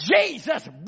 Jesus